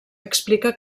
explica